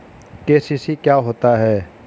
KCC क्या होता है?